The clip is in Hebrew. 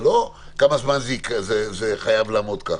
זה לא כמה זמן זה חייב לעמוד כך.